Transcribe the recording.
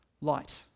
light